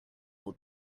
all